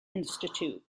institution